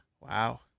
Wow